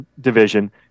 division